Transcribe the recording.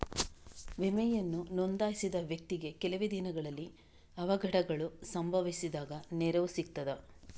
ವಿಮೆಯನ್ನು ನೋಂದಾಯಿಸಿದ ವ್ಯಕ್ತಿಗೆ ಕೆಲವೆ ದಿನಗಳಲ್ಲಿ ಅವಘಡಗಳು ಸಂಭವಿಸಿದಾಗ ನೆರವು ಸಿಗ್ತದ?